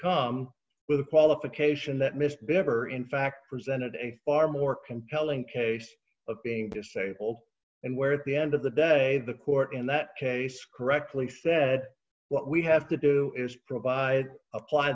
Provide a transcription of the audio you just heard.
come with a qualification d d that mr bevere in fact presented a far more compelling case of being disabled and where at the end of the day the court in that case correctly said what we have to do is provide apply